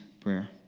prayer